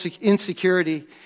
insecurity